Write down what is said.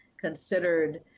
considered